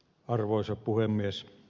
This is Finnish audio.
arvoisa puhemies